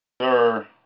Sir